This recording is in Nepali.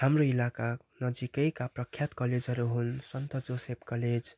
हाम्रो इलाका नजिकैका प्रख्यात कलेजहरू हुन् सन्त जोसेफ कलेज